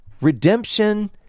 Redemption